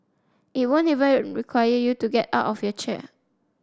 it won't even require you to get out of your chair